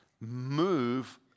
move